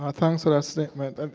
ah thanks for that statement.